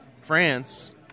France